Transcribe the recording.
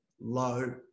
low